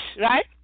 right